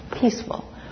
peaceful